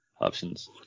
options